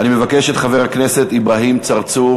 אני מבקש מחבר הכנסת אברהים צרצור